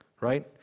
right